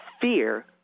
Fear